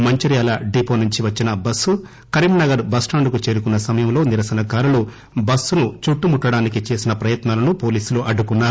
మంచిర్కాల depot నుంచి వచ్చిన bus Karimnagar bus stand కు చేరుకున్స సమయంలో నిరసనకారులు బస్సును చుట్టుముట్టడానికి చేసిన ప్రయత్నాలను పోలీసులు అడ్డుకున్నారు